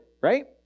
right